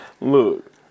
Look